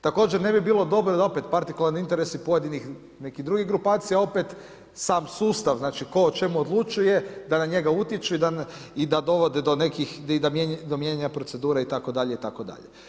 Također ne bi bilo dobro da opet partikularni interesi pojedinih nekih drugih grupacija opet sam sustav tko o čemu odlučuje da na njega utječu i da dovode do mijenjanja procedure itd., itd.